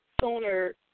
sooner